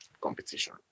competition